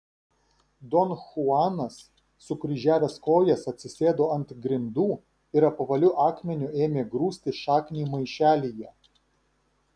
don chuanas sukryžiavęs kojas atsisėdo ant grindų ir apvaliu akmeniu ėmė grūsti šaknį maišelyje